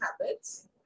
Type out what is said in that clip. Habits